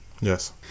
Yes